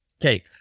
Okay